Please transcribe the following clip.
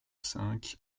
cinq